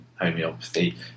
homeopathy